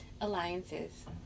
Alliances